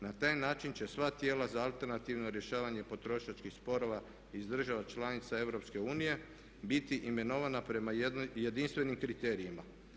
Na taj način će sva tijela za alternativno rješavanje potrošačkih sporova iz država članica EU biti imenovana prema jedinstvenim kriterijima.